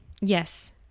yes